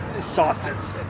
sauces